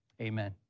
amen